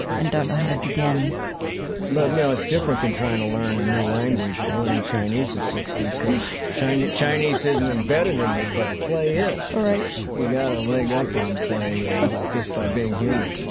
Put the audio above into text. and don't know how to begin but you know, it's different than trying to learn a new language, learning chinese at sixty because chinese chinese isn't embedded in you but play is right you got a leg up on play just by being human